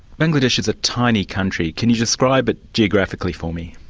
bangladesh is a tiny country. can you describe it geographically for me?